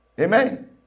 Amen